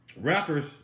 rappers